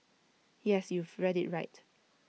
yes you've read IT right